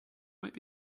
might